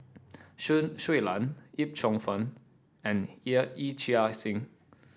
Shui Lan Yip Cheong Fun and Yee Chia Hsing